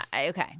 okay